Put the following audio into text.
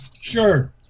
Sure